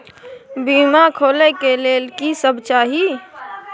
बीमा खोले के लेल की सब चाही?